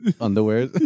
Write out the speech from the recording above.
underwear